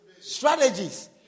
Strategies